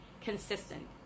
consistent